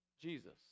Jesus